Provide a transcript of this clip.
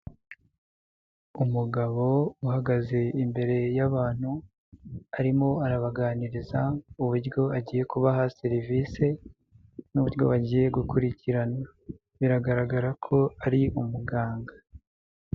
Umugabo uhagaze imbere y'abantu, arimo arabaganiriza uburyo agiye kubaha serivisi n'uburyo bagiye gukurikirana, biragaragara ko ari umuganga.